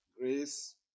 Grace